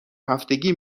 هفتگی